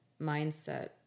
mindset